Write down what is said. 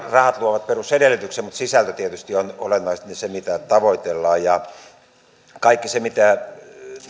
rahat luovat perusedellytyksen mutta sisältö tietysti on olennaisesti se mitä tavoitellaan kaikki se mitä